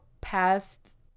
past